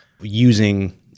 using